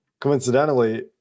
Coincidentally